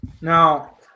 Now